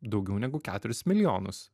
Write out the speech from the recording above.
daugiau negu keturis milijonus